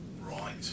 right